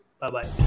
Bye-bye